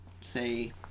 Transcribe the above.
say